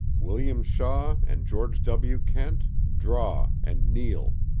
william shaw and george w. kent, draw and kneel